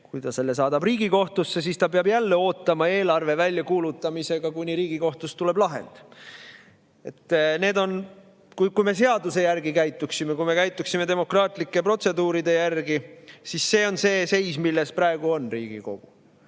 Kui ta saadab seaduse Riigikohtusse, siis ta peab ootama eelarve väljakuulutamisega, kuni Riigikohtust lahend tuleb. Kui me seaduse järgi käituksime, kui me käituksime demokraatlike protseduuride järgi, siis see oleks see seis, milles Riigikogu